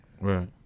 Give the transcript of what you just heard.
Right